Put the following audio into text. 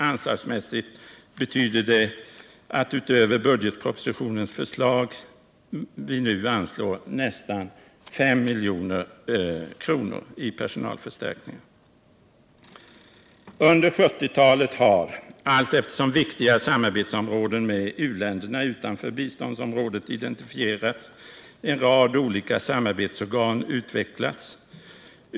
Anslagsmässigt betyder det att utöver budgetpropositionens förslag nu anslås nästan 5 milj.kr. till personalförstärkningar. Under 1970-talet har, allteftersom viktiga samarbetsfrågor med u-länderna utanför biståndsområdet identifierats, en rad olika samarbetsorgan utvecklats.